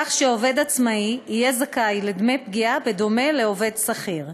כך שעובד עצמאי יהיה זכאי לדמי פגיעה בדומה לעובד שכיר.